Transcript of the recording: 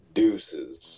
Deuces